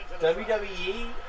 WWE